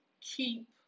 keep